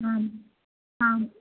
आम् आम्